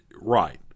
right